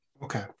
Okay